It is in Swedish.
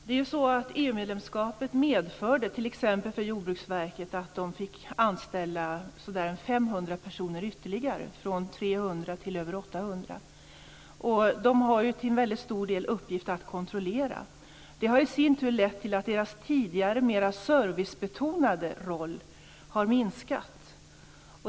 Herr talman! EU-medlemskapet medförde för t.ex. Jordbruksverket att man fick anställa ytterligare 500 personer, från 300 till över 800 anställda. Dessa personer har till stor del uppgift att kontrollera. Det har i sin tur lett till att Jordbruksverkets tidigare mera servicebetonade verksamhet har minskat.